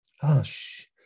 Hush